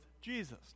Jesus